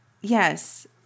Yes